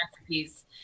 recipes